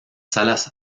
salas